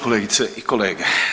Kolegice i kolege.